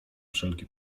wszelki